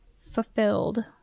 fulfilled